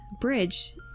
bridge